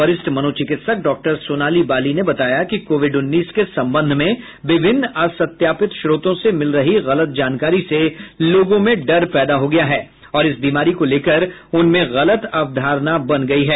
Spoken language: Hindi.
वरिष्ठ मनोचिकित्सक डॉक्टर सोनाली बाली ने बताया कि कोविड उन्नीस के संबंध में विभिन्न असत्यापित स्रोतों से मिल रही गलत जानकारी से लोगों में डर पैदा हो गया है और इस बीमारी को लेकर उनमें गलत अवधारणा बन गई है